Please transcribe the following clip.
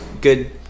good